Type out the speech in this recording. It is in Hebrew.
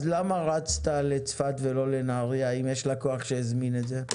אז למה רצת לצפת ולא לנהריה אם יש לקוח שהזמין את זה?